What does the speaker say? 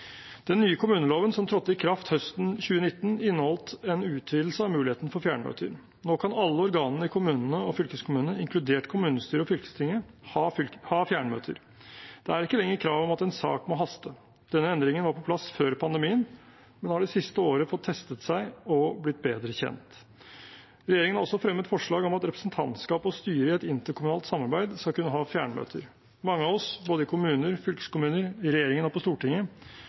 Den nye kommuneloven, som trådte i kraft høsten 2019, inneholdt en utvidelse av muligheten for fjernmøter. Nå kan alle organene i kommunene og fylkeskommunene, inkludert kommunestyret og fylkestinget, ha fjernmøter. Det er ikke lenger krav om at en sak må haste. Denne endringen var på plass før pandemien, og den har det siste året fått testet seg og blitt bedre kjent. Regjeringen har også fremmet forslag om at representantskap og styre i et interkommunalt selskap skal kunne ha fjernmøter. Mange av oss, både i kommuner og fylkeskommuner, i regjeringen og på Stortinget,